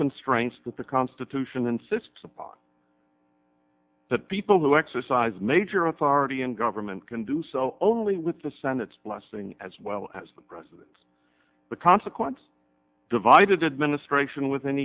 constraints that the constitution insists upon that people who exercise major authority in government can do so only with the senate's blessing as well as the president the consequence divided administration within